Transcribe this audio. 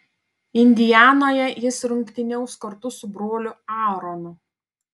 indianoje jis rungtyniaus kartu su broliu aaronu